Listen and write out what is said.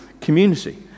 community